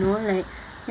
know like